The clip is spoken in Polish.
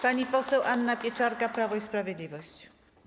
Pani poseł Anna Pieczarka, Prawo i Sprawiedliwość.